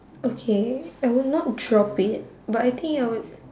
okay I will not drop it but I think I would